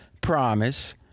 promise